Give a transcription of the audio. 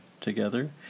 together